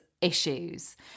issues